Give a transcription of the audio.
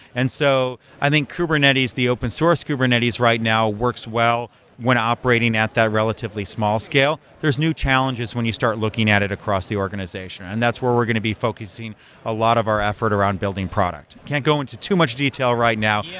and so i think kubernetes, the open source kubernetes right now works well when operating at that relatively small scale. there're new challenges when you start looking at it across the organization, and that's where we're going to be focusing a lot of our effort around building product. can go into too much detail right now, yeah